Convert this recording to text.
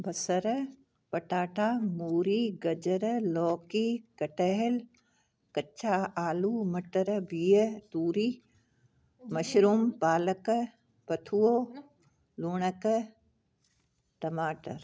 बसर पटाटा मूरी गजर लौकी कटहल कच्चा आलू मटर बिह तूरी मशरुम पालक बथुओ लूणक टमाटर